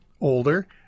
older